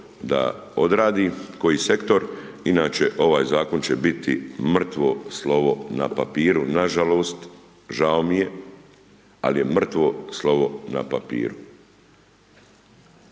da odradi, koji sektor, inače ovaj zakon će biti mrtvo slovo na papiru, nažalost žao mi je, ali je mrtvo slovo na papiru.